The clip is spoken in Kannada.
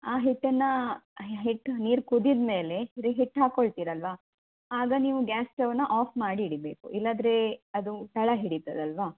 ಆ ಹಿಟ್ಟನ್ನು ಹಿಟ್ಟು ನೀರು ಕುದಿದ ಮೇಲೆ ಇದು ಹಿಟ್ಟು ಹಾಕ್ಕೊಳ್ತೀರಲ್ವಾ ಆಗ ನೀವು ಗ್ಯಾಸ್ ಸ್ಟೌನ ಆಫ್ ಮಾಡಿ ಇಡಬೇಕು ಇಲ್ಲದ್ದರೆ ಅದು ತಳ ಹಿಡಿತದಲ್ವಾ